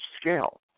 scale